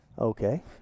Okay